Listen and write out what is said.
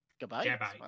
goodbye